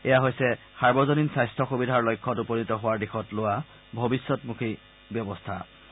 এয়া হৈছে সাৰ্বজননী স্বাস্থ্য সুবিধাৰ লক্ষ্যত উপনীত হোৱাৰ দিশত লোৱা ভৱিষ্যতমুখী পদক্ষেপ